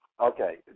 Okay